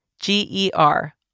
G-E-R